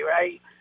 right